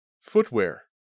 Footwear